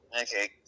Okay